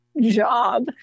job